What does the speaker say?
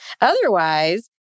Otherwise